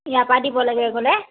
ইয়াৰপৰা দিবলৈ গ'লে